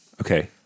Okay